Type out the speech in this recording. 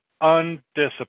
undisciplined